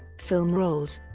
film roles